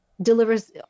delivers